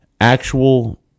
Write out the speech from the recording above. actual